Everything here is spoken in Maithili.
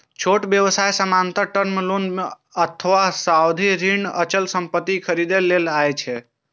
छोट व्यवसाय सामान्यतः टर्म लोन अथवा सावधि ऋण अचल संपत्ति खरीदै लेल लए छै